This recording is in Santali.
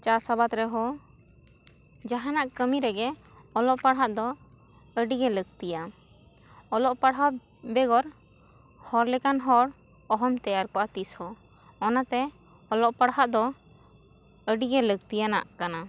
ᱪᱟᱥ ᱟᱵᱟᱫᱽ ᱨᱮᱦᱚᱸ ᱡᱟᱦᱟᱱᱟᱜ ᱠᱟᱹᱢᱤ ᱨᱮᱜᱮ ᱚᱞᱚᱜ ᱯᱟᱲᱦᱟᱜ ᱫᱚ ᱟᱹᱰᱤ ᱜᱮ ᱞᱟᱹᱠᱛᱤᱭᱟ ᱚᱞᱚᱜ ᱯᱟᱲᱦᱟᱣ ᱵᱮᱜᱚᱨ ᱦᱚᱲ ᱞᱮᱠᱟᱱ ᱦᱚᱲ ᱚᱦᱚᱢ ᱛᱮᱭᱟᱨ ᱠᱚᱜᱼᱟ ᱛᱤᱥ ᱦᱚᱸ ᱚᱱᱟᱛᱮ ᱚᱞᱚᱜ ᱯᱟᱲᱦᱟᱜ ᱫᱚ ᱟᱹᱰᱤ ᱜᱮ ᱞᱟᱹᱠᱛᱤᱭᱟᱱᱟᱜ ᱠᱟᱱᱟ